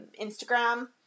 Instagram